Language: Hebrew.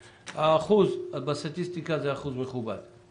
ובסטטיסטיקה זה אחוז מכובד.